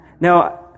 Now